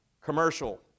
Commercial